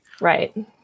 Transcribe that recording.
right